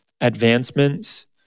advancements